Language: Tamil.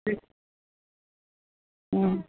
ம் ம்